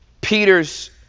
Peter's